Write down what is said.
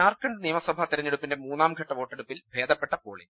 ജാർഖണ്ഡ് നിയമസഭാ തെരഞ്ഞെടുപ്പിന്റെ മൂന്നാംഘട്ട വോട്ടെ ടുപ്പിൽ ഭേദപ്പെട്ട പോളിങ്